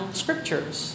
scriptures